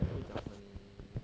不会讲很